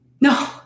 No